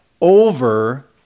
over